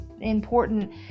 important